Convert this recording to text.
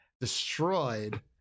destroyed